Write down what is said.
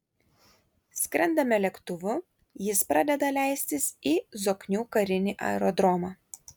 skrendame lėktuvu jis pradeda leistis į zoknių karinį aerodromą